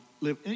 live